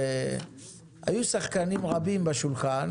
היו שחקנים רבים בשולחן